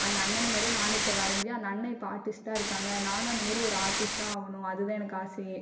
அந்த அண்ணன் மாரி நானும் இப்போ வரைஞ்சு அந்த அண்ண இப்போ ஆர்டிஸ்டாக இருக்காங்க நானு அந்த மாரி ஒரு ஆர்டிஸ்ட்டாக ஆகணும் அதுதான் எனக்கு ஆசையே